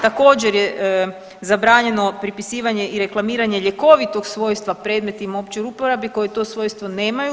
Također je zabranjeno prepisivanje i reklamiranje ljekovitog svojstva predmetima u općoj uporabi koje to svojstvo nemaju.